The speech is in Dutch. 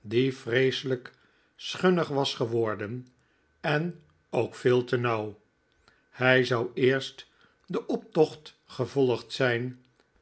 die vreeselijk schunnig was geworden en ook veel te nauw hij zou eerst den optocht gevolgd zijn